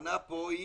והכוונה פה היא